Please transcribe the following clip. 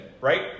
right